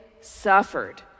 suffered